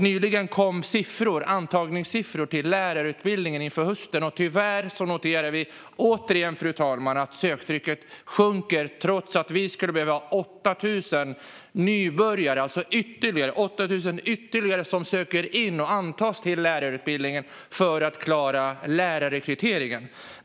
Nyligen kom antagningssiffror till höstens lärarutbildning. Tyvärr kan man återigen notera att söktrycket sjunker, trots att vi skulle behöva 8 000 nybörjare. Det skulle alltså behövas ytterligare 8 000 som söker och antas till lärarutbildningen för att man ska klara av att rekrytera lärare.